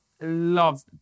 love